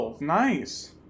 Nice